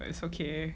it's okay